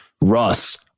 Russ